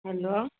hello